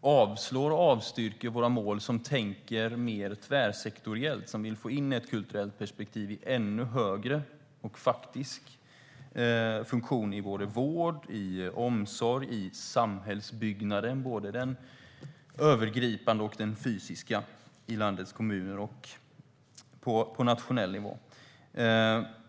avslår och avstyrker våra mål som är mer tvärsektoriella och ämnade att få in ett kulturellt perspektiv i ännu högre grad och med en faktisk funktion i vård, omsorg och i samhällsbyggnaden, såväl den övergripande som den fysiska, i landets kommuner och på nationell nivå.